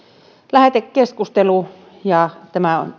lähetekeskustelu ja tämä